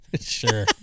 Sure